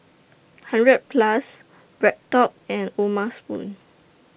hundred A Plus BreadTalk and O'ma Spoon